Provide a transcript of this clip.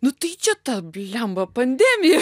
nu tai čia ta bliamba pandemija